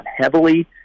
heavily